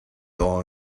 all